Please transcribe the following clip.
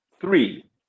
three